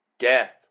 Death